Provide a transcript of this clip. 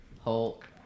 Hulk